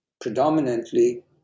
predominantly